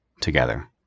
together